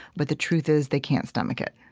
but the truth is, they can't stomach it